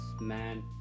man